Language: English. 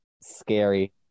scary